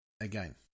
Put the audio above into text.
again